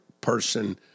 person –